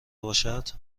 باشد